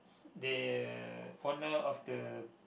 they owner of the